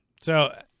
So-